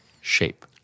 shape